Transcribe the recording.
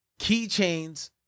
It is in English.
keychains